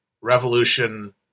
Revolution